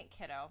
kiddo